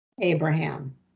Abraham